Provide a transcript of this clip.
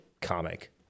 comic